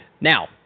now